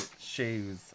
shoes